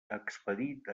expedit